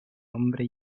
hombre